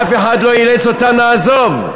אף אחד לא אילץ אותם לעזוב.